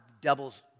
devil's